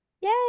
Yay